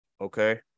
Okay